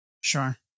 Sure